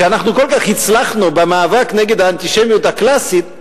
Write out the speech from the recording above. הוא שאנחנו כל כך הצלחנו במאבק נגד האנטישמיות הקלאסית,